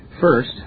First